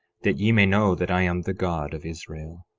that ye may know that i am the god of israel,